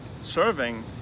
serving